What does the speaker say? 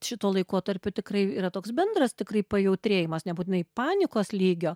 šituo laikotarpiu tikrai yra toks bendras tikrai pajautrėjimas nebūtinai panikos lygio